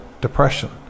depression